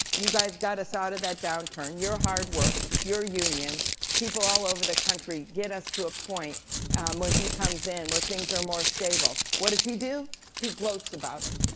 you guys got us out of that downturn. your hard work, your union people all over the country get us to a point when he comes in, where things are more stable, what does he do? he gloats about it.